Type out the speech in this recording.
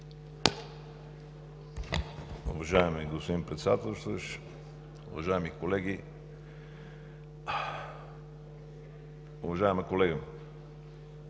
Уважаеми господин Председателстващ, уважаеми колеги! Уважаеми колега,